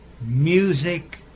Music